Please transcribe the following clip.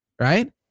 Right